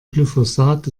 glyphosat